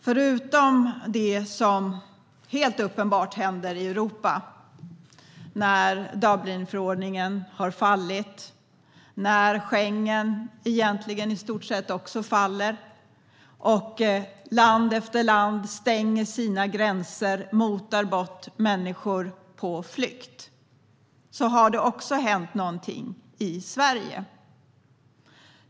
Förutom det som helt uppenbart händer i Europa när Dublinförordningen har fallit, när Schengen egentligen i stort sett också faller och när land efter land stänger sina gränser och motar bort människor på flykt har det också hänt någonting i Sverige.